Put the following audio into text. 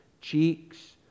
cheeks